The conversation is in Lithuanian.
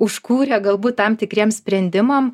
užkūrė galbūt tam tikriems sprendimam